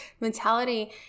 mentality